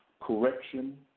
correction